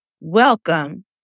Welcome